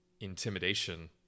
intimidation